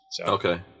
Okay